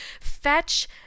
fetch